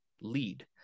lead